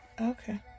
Okay